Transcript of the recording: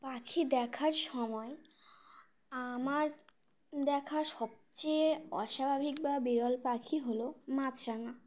পাখি দেখার সময় আমার দেখা সবচেয়ে অস্বাভাবিক বা বিরল পাখি হলো মাছরাঙা